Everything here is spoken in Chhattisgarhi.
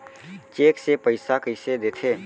चेक से पइसा कइसे देथे?